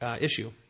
issue